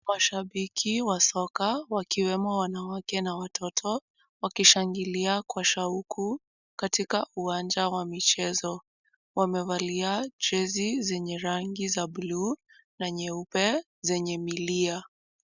Mashabiki wa soka wakiwemo wanawake na watoto, wakishangilia kwa shauku katika uwanja wa michezo. Wamevalia jezi zenye rangi za buluu na nyeupe zenye milia.